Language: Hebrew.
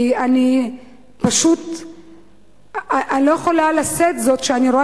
כי אני פשוט לא יכולה לשאת זאת כשאני רואה